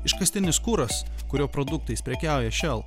iškastinis kuras kurio produktais prekiauja shell